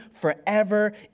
forever